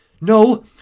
No